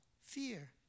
fear